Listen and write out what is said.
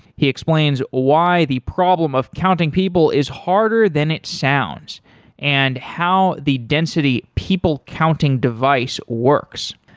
he explains why the problem of counting people is harder than it sounds and how the density people counting device works.